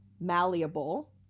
malleable